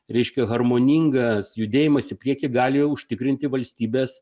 reiškia harmoningas judėjimas į priekį gali užtikrinti valstybės